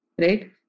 right